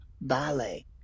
ballet